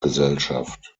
gesellschaft